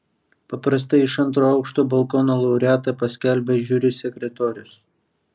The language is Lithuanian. paprastai iš antro aukšto balkono laureatą paskelbia žiuri sekretorius